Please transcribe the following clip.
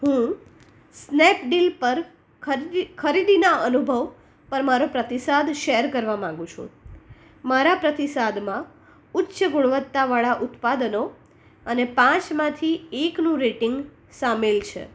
હું સ્નેપડીલ પર ખરીદીના અનુભવ પર મારો પ્રતિસાદ શેર કરવા માગુ છું મારા પ્રતિસાદમાં ઉચ્ચ ગુણવત્તાવાળા ઉત્પાદનો અને પાંચમાંથી એકનું રેટિંગ સામેલ છે